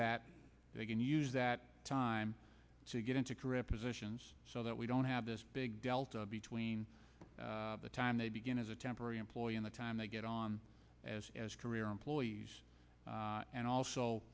that they can use that time to get into career positions so that we don't have this big delta between the time they begin as a temporary employee and the time they get on as as career employees and also